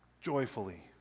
joyfully